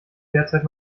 derzeit